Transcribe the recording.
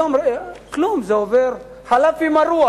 היום כלום, זה עובר, חלף עם הרוח.